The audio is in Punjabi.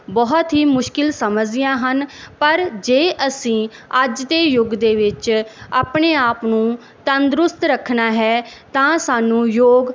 ਬਹੁਤ ਹੀ ਮੁਸ਼ਕਿਲ ਸਮਝਦੀਆਂ ਹਨ ਪਰ ਜੇ ਅਸੀਂ ਅੱਜ ਦੇ ਯੁੱਗ ਦੇ ਵਿੱਚ ਆਪਣੇ ਆਪ ਨੂੰ ਤੰਦਰੁਸਤ ਰੱਖਣਾ ਹੈ ਤਾਂ ਸਾਨੂੰ ਯੋਗ